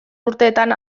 urteetan